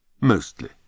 Mostly